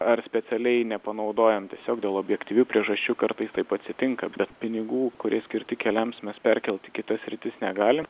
ar specialiai nepanaudojam tiesiog dėl objektyvių priežasčių kartais taip atsitinka bet pinigų kurie skirti keliams mes perkelt į kitas sritis negali